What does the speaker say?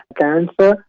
cancer